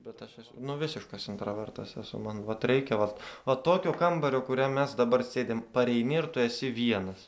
bet aš esu nu visiškas intravertas esu man vat reikia vat va tokio kambario kuriam mes dabar sėdim pareini ir tu esi vienas